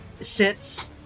sits